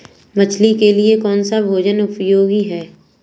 मछली के लिए कौन सा भोजन उपयोगी है?